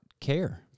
care